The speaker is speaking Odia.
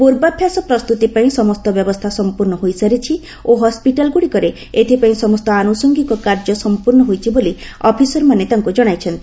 ପୂର୍ବାଭ୍ୟାସ ପ୍ରସ୍ତୁତି ପାଇଁ ସମସ୍ତ ବ୍ୟବସ୍ଥା ସମ୍ପୂର୍ଣ୍ଣ ହୋଇସାରିଛି ଓ ହସ୍କିଟାଲ୍ଗୁଡ଼ିକରେ ଏଥିପାଇଁ ସମସ୍ତ ଆନୁଷଙ୍ଗୀକ କାର୍ଯ୍ୟ ସମ୍ପୂର୍ଣ୍ଣ ହୋଇଛି ବୋଲି ଅଫିସର୍ ମାନେ ତାଙ୍କୁ ଜଣାଇଛନ୍ତି